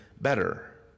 better